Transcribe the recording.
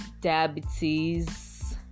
diabetes